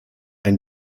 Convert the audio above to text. ein